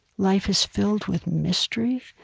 life is filled with mystery,